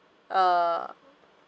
uh